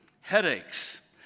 headaches